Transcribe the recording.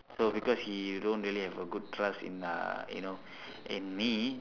so because he don't really have a good trust in uh you know in me